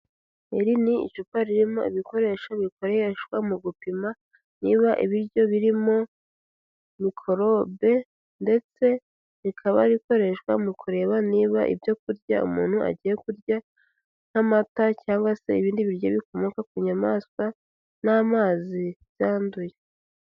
Iri ni icupa ririmo ibikoresho bikoreshwa mu gupima, niba ibiryo birimo mikorobe ndetse rikaba rikoreshwa mu kureba niba ibyo kurya umuntu agiye kurya, nk'amata cyangwa se ibindi biryo bikomoka ku nyamaswa n'amazi byanduye.